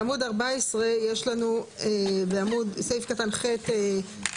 בעמוד 14 יש לנו סעיף קטן (ח)(2),